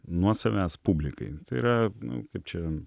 nuo savęs publikai tai yra nu kaip čia